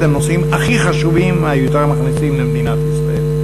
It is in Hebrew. הנושאים הכי חשובים והיותר מכניסים למדינת ישראל.